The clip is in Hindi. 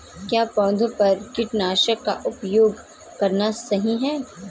क्या पौधों पर कीटनाशक का उपयोग करना सही है?